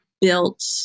built